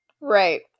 Right